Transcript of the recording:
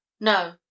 No